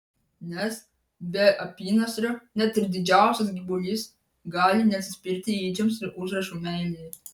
nes be apynasrio net ir didžiausias gyvulys gali neatsispirti ėdžioms su užrašu meilė